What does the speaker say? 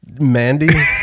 Mandy